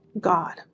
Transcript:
God